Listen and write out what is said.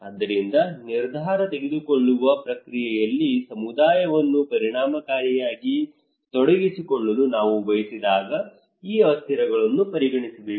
ಆದ್ದರಿಂದ ನಿರ್ಧಾರ ತೆಗೆದುಕೊಳ್ಳುವ ಪ್ರಕ್ರಿಯೆಯಲ್ಲಿ ಸಮುದಾಯವನ್ನು ಪರಿಣಾಮಕಾರಿಯಾಗಿ ತೊಡಗಿಸಿಕೊಳ್ಳಲು ನಾವು ಬಯಸಿದಾಗ ಈ ಅಸ್ಥಿರಗಳನ್ನು ಪರಿಗಣಿಸಬೇಕು